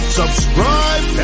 subscribe